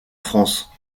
france